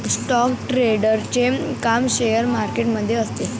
stock ट्रेडरचे काम share market मध्ये असते